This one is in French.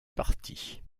parti